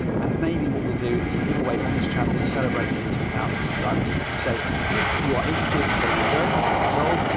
and maybe what we'll do is a giveaway on this channel to celebrate getting to a thousand subscribers. so if you are interested in getting a version of resolve,